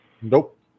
Nope